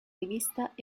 rivista